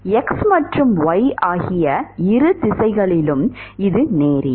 x மற்றும் y ஆகிய இரு திசைகளிலும் இது நேரியல்